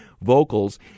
vocals